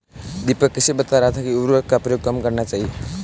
दीपक किसे बता रहा था कि उर्वरक का प्रयोग कम करना चाहिए?